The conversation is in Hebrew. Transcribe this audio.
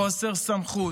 בחוסר סמכות,